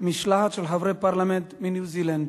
משלחת של חברי פרלמנט מניו-זילנד,